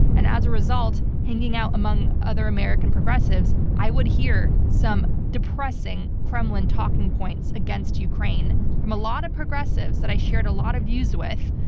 and as a result, hanging out among other american progressives, i would hear some depressing kremlin talking points against ukraine from a lot of progressives that i shared a lot of views with.